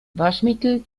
waschmittel